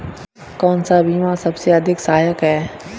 कौन सा बीमा सबसे अधिक सहायक है?